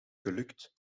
gelukt